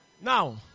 Now